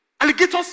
Alligators